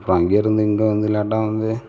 அப்புறம் அங்கேயிருந்து இங்கே வந்து லேட்டாக வந்து